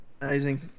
Amazing